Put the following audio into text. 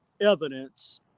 evidence